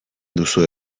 duzue